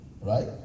Right